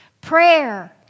Prayer